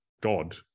god